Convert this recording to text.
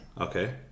Okay